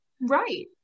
Right